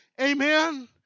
amen